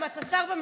תודה, תודה רבה.